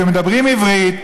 מדברים עברית,